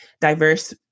diverse